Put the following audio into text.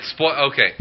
Okay